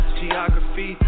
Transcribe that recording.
geography